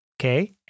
Okay